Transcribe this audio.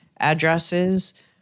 Addresses